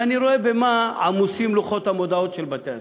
ואני יודע במה עמוסים לוחות המודעות של בתי-הספר.